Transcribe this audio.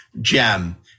gem